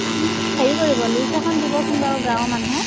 আপুনি হেৰি কৰিব লিষ্ট এখন দিবচোন বাৰু গাঁৱৰ মানুহৰ